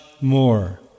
more